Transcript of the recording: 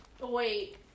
Wait